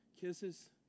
kisses